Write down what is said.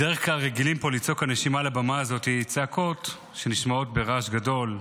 בדרך כלל אנשים רגילים לצעוק מעל הבמה הזאת צעקות שנשמעות ברעש גדול,